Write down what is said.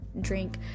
drink